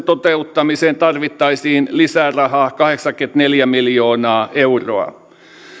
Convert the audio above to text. toteuttamiseen tarvittaisiin lisää rahaa kahdeksankymmentäneljä miljoonaa euroa